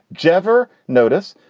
jvr notice.